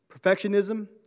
Perfectionism